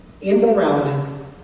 immorality